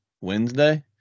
Wednesday